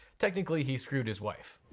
technically, he screwed his wife.